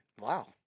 Wow